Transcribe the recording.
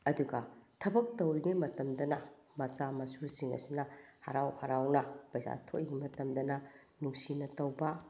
ꯑꯗꯨꯒ ꯊꯕꯛ ꯇꯧꯔꯤꯉꯩ ꯃꯇꯝꯗꯅ ꯃꯆꯥ ꯃꯁꯨꯁꯤꯡ ꯑꯁꯤꯅ ꯍꯔꯥꯎ ꯍꯔꯥꯎꯅ ꯄꯩꯁꯥ ꯊꯣꯛꯏꯉꯩ ꯃꯇꯝꯗꯅ ꯅꯨꯡꯁꯤꯅ ꯇꯧꯕ